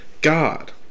God